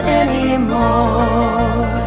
anymore